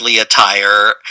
attire